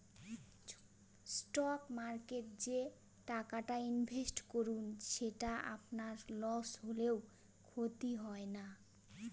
stock মার্কেটে যে টাকাটা ইনভেস্ট করুন সেটা আপনার লস হলেও ক্ষতি হয় না